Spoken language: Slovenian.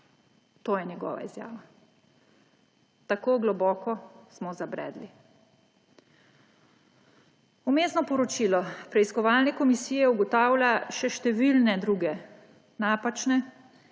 To je njegova izjava. Tako globoko smo zabredli. Vmesno poročilo preiskovalne komisije ugotavlja še številne druge, napačne,